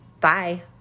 Bye